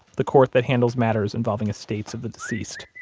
the court that handles matters involving estates of the deceased